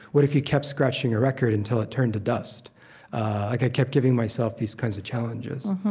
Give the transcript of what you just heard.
what if you kept scratching your record until it turned to dust? like i kept giving myself these kinds of challenges